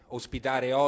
ospitare